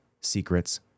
secrets